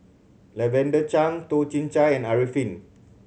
Lavender Chang Toh Chin Chye and Arifin